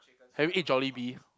have you eat Jollibee